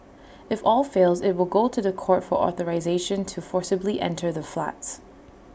if all fails IT will go to The Court for authorisation to forcibly enter the flats